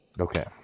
Okay